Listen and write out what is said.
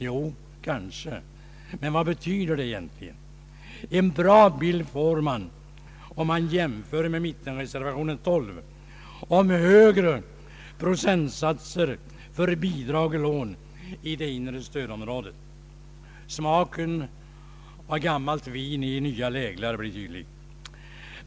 Jo — kanske — men vad betyder det egentligen? En bra bild får man om man jämför med mittenreservationen 12 om högre procentsatser för bidrag och lån till det inre stödområdet. Smaken av gammalt vin i nya läglar blir tydlig.